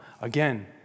Again